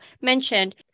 mentioned